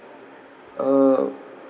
uh